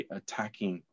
attacking